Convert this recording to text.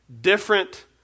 different